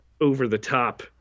over-the-top